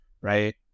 right